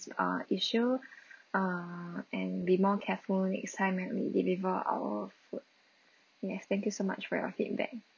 uh issue uh and be more careful next time when we deliver our food yes thank you so much for your feedback